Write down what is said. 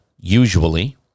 usually